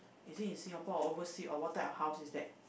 is it in Singapore or oversea or what type of house is that